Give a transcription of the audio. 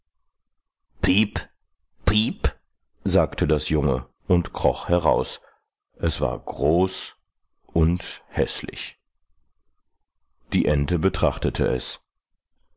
piep piep sagte das junge und kroch heraus es war groß und häßlich die ente betrachtete es